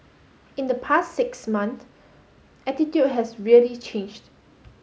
in the past six month attitude has really changed